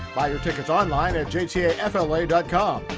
buy your tickets online at com,